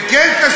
זה כן קשור.